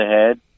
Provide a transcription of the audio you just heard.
ahead